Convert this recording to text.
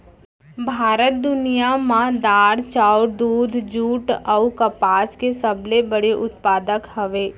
भारत दुनिया मा दार, चाउर, दूध, जुट अऊ कपास के सबसे बड़े उत्पादक हवे